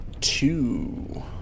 two